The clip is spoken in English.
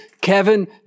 Kevin